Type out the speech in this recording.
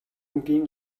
үгийн